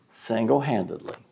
single-handedly